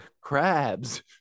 crabs